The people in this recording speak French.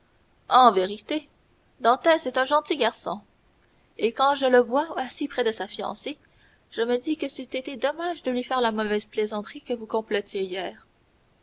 en vérité dantès est un gentil garçon et quand je le vois assis près de sa fiancée je me dis que ç'eût été dommage de lui faire la mauvaise plaisanterie que vous complotiez hier